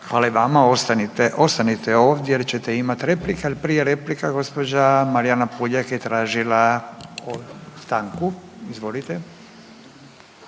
Hvala i vama, ostanite ovdje jer ćete imati replike. Ali prije replika gospođa Marijana Puljak je tražila stanku. Izvolite.